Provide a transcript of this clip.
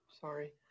sorry